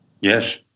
Yes